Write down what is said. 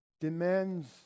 demands